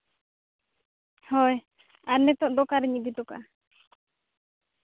ᱦᱳᱭ ᱟᱨ ᱱᱤᱛᱳᱜ ᱫᱚ ᱚᱠᱟᱨᱤᱧ ᱤᱫᱤ ᱦᱚᱴᱚ ᱠᱟᱜᱼᱟ